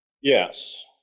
Yes